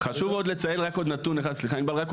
חשוב לציין עוד נתון אחד.